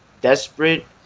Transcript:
desperate